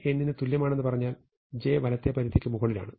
j n ന് തുല്യമാണെന്ന് പറഞ്ഞാൽ j വലത്തേ പരിധിക്ക് മുകളിലാണ്